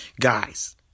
Guys